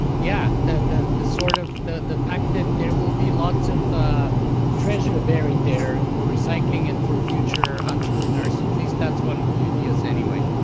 yeah. the the sort of, the the fact that there will be lots of treasure buried there for recycling and for future entrepreneurs, at least that's one of the ideas anyway.